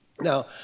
Now